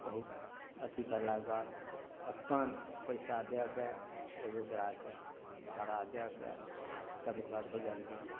बहुत अथी करलाके बाद अपन पैसा दएके ओइ बेचाराके भाड़ा दएके तब ओकरा भेजल गेल